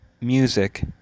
music